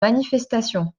manifestation